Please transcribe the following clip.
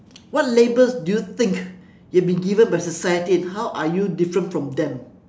what labels do you think you've been given by society and how are you different from them